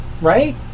right